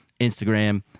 Instagram